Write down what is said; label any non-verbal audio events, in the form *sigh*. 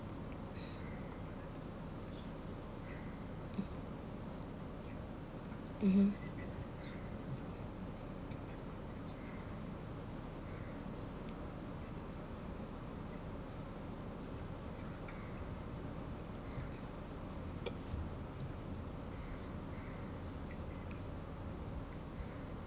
*noise* mmhmm